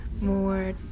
more